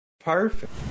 Perfect